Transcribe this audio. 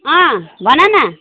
अँ भन न